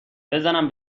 بزنم